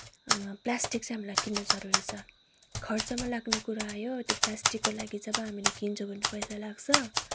plastic चाहिँ हामीलाई किन्न जरुरी छ खर्चमा लाग्ने कुरा आयो त्यो प्लास्टिकको लागि जब हामीले किन्छौँ भने पैसा लाग्छ